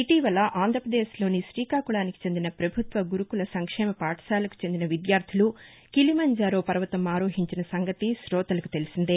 ఇటీవల ఆంధ్రప్రదేశ్లోని శ్రీకాకుళానికి చెందిన ప్రభుత్వ గురుకుల సంక్షేమ పాఠశాలకు చెందిన విద్యార్దులు కిలిమంజారో పర్వతం ఆరోహించిన సంగతి శోతలకు తెలిసిందే